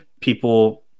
people